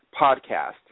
podcast